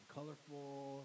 Colorful